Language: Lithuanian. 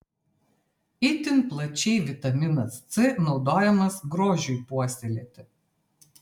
itin plačiai vitaminas c naudojamas grožiui puoselėti